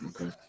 Okay